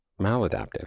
maladaptive